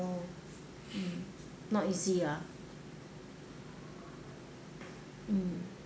oh mm not easy ah mm